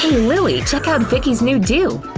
lilly, check out vicki's new do!